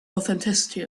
authenticity